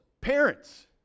parents